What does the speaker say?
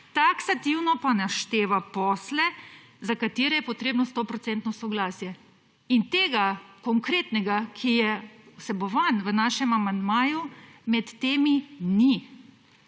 taksativno pa našteva posle, za katere je potrebno stoprocentno soglasje in tega konkretnega, ki je vsebovan v našem amandmaju, med temi ni,